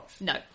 no